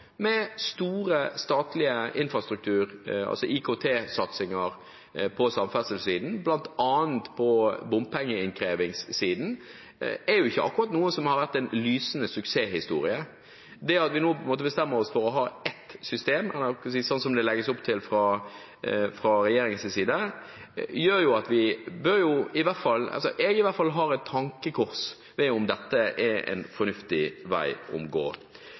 med store statlige IKT-satsinger på samferdselssiden, bl.a. på bompengeinnkrevingssiden, er ikke akkurat noe som har vært en lysende suksesshistorie. Det at vi nå bestemmer oss for å ha ett system, slik det legges opp til fra regjeringens side, gjør at i hvert fall jeg mener det er et tankekors hvorvidt dette er en fornuftig vei å gå.